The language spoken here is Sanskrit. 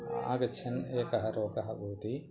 आगच्छन् एकः रोगः भवति